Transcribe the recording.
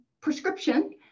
prescription